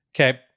Okay